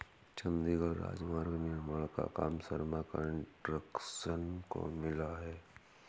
चंडीगढ़ राजमार्ग निर्माण का काम शर्मा कंस्ट्रक्शंस को मिला है